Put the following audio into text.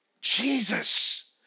Jesus